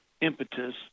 impetus